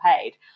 paid